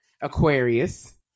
Aquarius